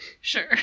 Sure